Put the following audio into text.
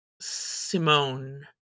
Simone